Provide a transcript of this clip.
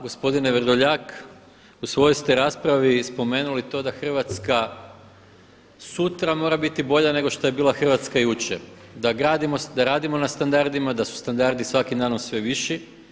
Gospodine Vrdoljak, u svojoj ste raspravi spomenuli to da Hrvatska sutra mora biti bolja nego što je bila Hrvatska jučer, da gradimo, da radimo na standardima, da su standardi svakim danom sve viši.